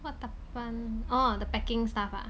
what teppan~ orh the packing stuff ah